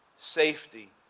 Safety